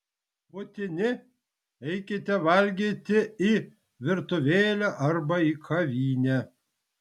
būtini eikite valgyti į virtuvėlę arba į kavinę